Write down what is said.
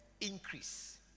increase